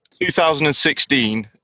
2016